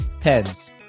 pens